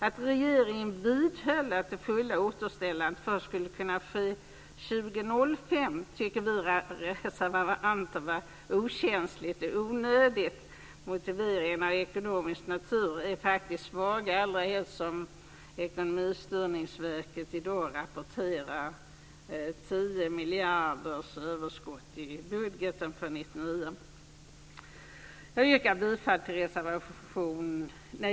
Att regeringen vidhöll att det fulla återställandet skulle kunna ske först 2005 tycker vi reservanter var okänsligt och onödigt. Motiveringarna av ekonomisk natur är svaga, allra helst som Ekonomistyrningsverket i dag rapporterar 10 miljarders överskott i budgeten för 1999.